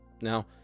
Now